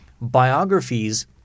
biographies